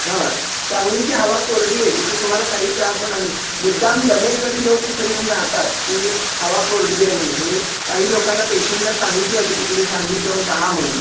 हां सांगलीची हवा कोरडी आहे इथं तुम्हाला काही त्रास होणार नाही मुद्दाम दमेकरी लोक इथे येऊन राहतात की हवा कोरडी आहे म्हणून म्हणजे काही लोकांना पेशंटना सांगितलं जातं की तुम्ही सांगलीत जाऊन रहा म्हणून